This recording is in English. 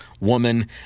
woman